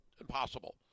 impossible